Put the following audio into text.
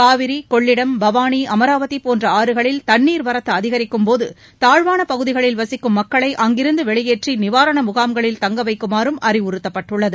காவிரி கொள்ளிடம் பவாளி அமராவதி போன்ற ஆறுகளில் தண்ணீர்வரத்து அதிகரிக்கும் போது தாழ்வான பகுதிகளில் வசிக்கும் மக்களை அங்கிருந்து வெளியேற்றி நிவாரண முகாம்களில் தங்க வைக்குமாறும் அறிவுறுத்தப்பட்டுள்ளது